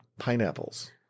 Pineapples